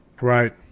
Right